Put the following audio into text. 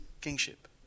kingship